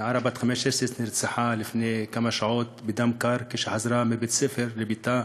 נערה בת 15 שנרצחה לפני כמה שעות בדם קר כשחזרה מבית-הספר לביתה.